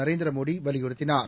நரேந்திர மோடி வலியுறுத்தினார்